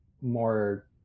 more